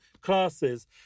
classes